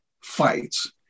fights